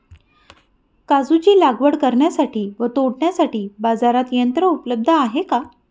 काजूची लागवड करण्यासाठी व तोडण्यासाठी बाजारात यंत्र उपलब्ध आहे का?